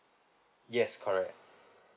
yes correct